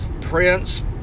prince